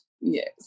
yes